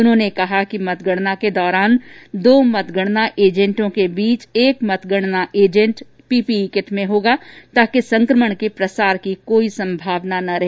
उन्होंने कहा कि मतगणना के दौरान भी दो मतगणना एजेंटों के बीच एक मतगणना एजेंट पीपीई किट में होगा ताकि संक्रमण के प्रसार की कोई संभावना न रहे